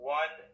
one